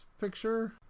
Picture